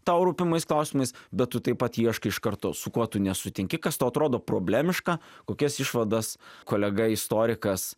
tau rūpimais klausimais bet tu taip pat ieškai iš karto su kuo tu nesutinki kas tau atrodo problemiška kokias išvadas kolega istorikas